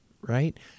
right